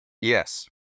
Yes